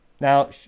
Now